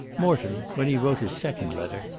morton, when he wrote his second letter,